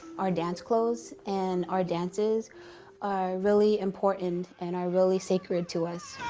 our dance clothes and our dances are really important and are really sacred to us.